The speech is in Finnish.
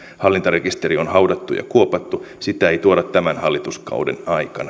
hallintarekisteri on haudattu ja kuopattu sitä ei tuoda tämän hallituskauden aikana